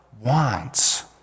wants